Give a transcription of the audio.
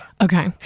Okay